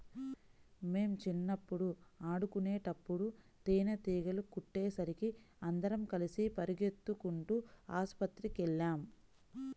మేం చిన్నప్పుడు ఆడుకునేటప్పుడు తేనీగలు కుట్టేసరికి అందరం కలిసి పెరిగెత్తుకుంటూ ఆస్పత్రికెళ్ళాం